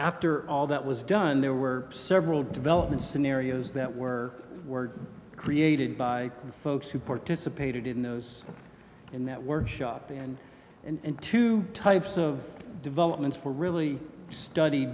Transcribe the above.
after all that was done there were several development scenarios that were were created by the folks who participated in those in that workshop and and two types of development for really study